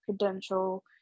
credential